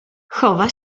chowa